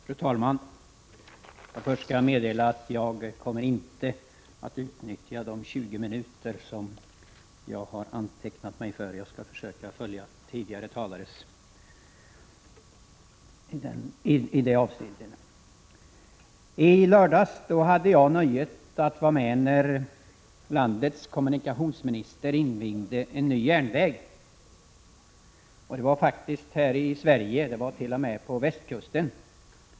Fru talman! Först skall jag meddela att jag inte kommer att utnyttja de 20 minuter som jag har antecknat mig för. Jag skall försöka följa tidigare talares exempel i det avseendet. TI lördags hade jag nöjet att vara med när landets kommunikationsminister invigde en ny järnväg nere på västkusten.